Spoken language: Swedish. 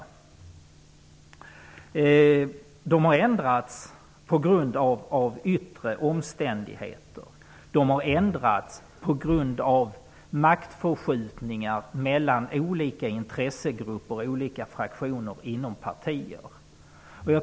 Ställningstagandena har ändrats på grund av yttre omständigheter och på grund av maktförskjutningar mellan olika intressegrupper och fraktioner inom partier.